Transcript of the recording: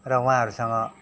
र उहाँहरूसँग